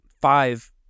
five